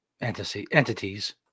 entities